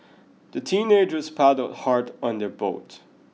the teenagers paddled hard on their boat